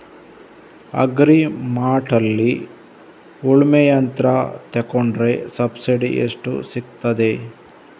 Agri ಮಾರ್ಟ್ನಲ್ಲಿ ಉಳ್ಮೆ ಯಂತ್ರ ತೆಕೊಂಡ್ರೆ ಸಬ್ಸಿಡಿ ಎಷ್ಟು ಸಿಕ್ತಾದೆ?